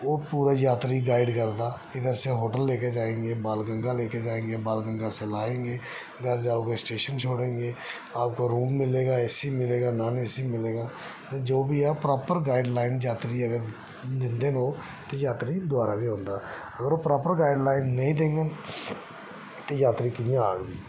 ओह् पूरा यात्री गी गाइड करदा इधर से होटल लेकर जाएंगे बाल गंगा लेकर जाएंगे बाल गंगा से लाएंगे घर जाओ गे स्टेशन छोड़ेंगे आपको रूम मिलेगा ए सी मिलेगा नान ए सी मिलेगा एह् जो बी ऐ प्रॉपर गाइडलाइन यात्री गी अगर दिंदे न ओह् ते यात्री दोबारा बी आंदा अगर ओह् प्रॉपर गाइडलाइन नेईं देंङन ते यात्री कियां आग